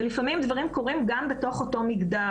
לפעמים דברים קורים גם בתוך אותו מגדר.